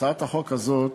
הצעת החוק הזאת